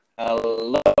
Hello